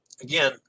Again